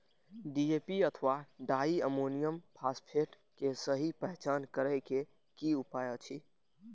DAP अथवा diammonium phosphate के सहि पहचान करे के कि उपाय अछि?